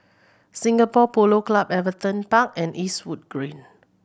Singapore Polo Club Everton Park and Eastwood Green